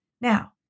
Now